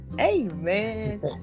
Amen